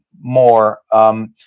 more